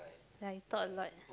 ya I talk a lot